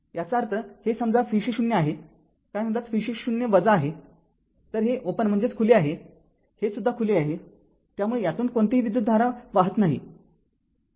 याचा अर्थ हे समजा vc 0आहे काय म्हणतात vc 0 आहे तर हे खुले आहे हे सुद्धा खुले आहे त्यामुळे यातून कोणतीही विद्युतधारा वाहत नाही